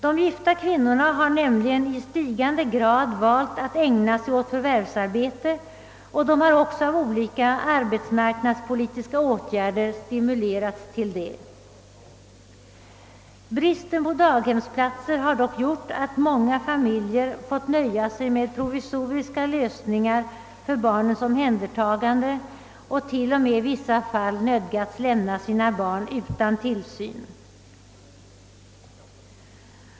De gifta kvinnorna har nämligen i stigande grad valt att ägna sig åt förvärvsarbete, och de har också av olika arbetsmarknadspolitiska åtgärder stimulerats härtill. Bristen på daghemsplatser har dock gjort att många familjer fått nöja sig med provisoriska lösningar för barnens omhändertagande och t.o.m. i vissa fall nödgats lämna sina barn utan tillsyn.